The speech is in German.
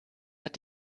hat